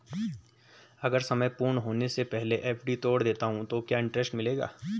अगर समय पूर्ण होने से पहले एफ.डी तोड़ देता हूँ तो क्या इंट्रेस्ट मिलेगा?